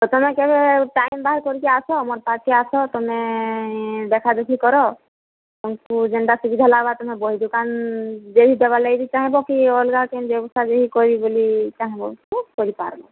ତମେ କେବେ ଟାଇମ ବାହାର କରି ଆସ ମୋର ପାଖେ ଆସ ତମେ ଦେଖା ଦେଖି କର ତମକୁ ଯେନ୍ତା ସୁବିଧା ଲଗବା ତମେ ବହି ଦୁକାନ ଦେଇ ଦେବା ଲାଗି ଚାହିଁବ କି ଅଲଗା କି ବ୍ୟବସ୍ତା କରି ବେଲି ଚାହିଁବ ତ କରି ପାରବ